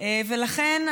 לכן,